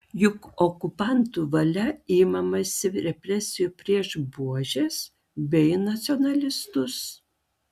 juk okupantų valia imamasi represijų prieš buožes bei nacionalistus